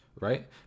right